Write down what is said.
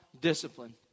discipline